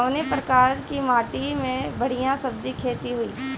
कवने प्रकार की माटी में बढ़िया सब्जी खेती हुई?